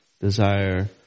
desire